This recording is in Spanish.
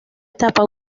etapa